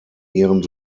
ihren